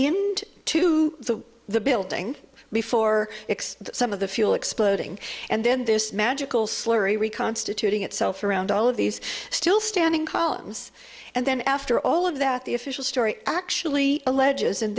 to the building before some of the fuel exploding and then this magical slurry reconstituting itself around all of these still standing columns and then after all of that the official story actually alleges and